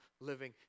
living